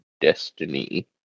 destiny